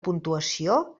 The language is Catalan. puntuació